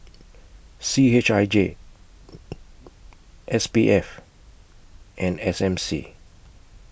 C H I J S P F and S M C